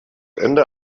ende